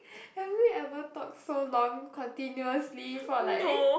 have you ever talk so long continuously for like